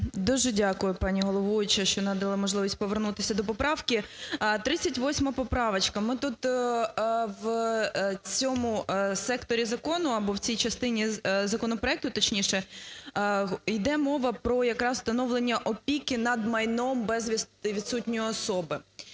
Дуже дякую, пані головуюча, що надали можливість повернутися до поправки. 38 поправочка. Ми тут в цьому секторі закону, або в цій частині законопроекту, точніше, йде мова про якраз встановлення опіки над майном безвісти відсутньої особи.